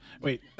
Wait